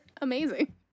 amazing